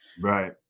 Right